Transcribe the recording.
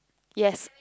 yes